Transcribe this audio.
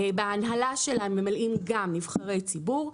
גם בהנהלה שלה ממלאים תפקידים נבחרי ציבור.